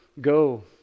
Go